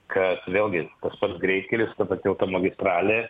kad vėlgi tas pats greitkelis ta pati automagistralė